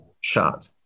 shot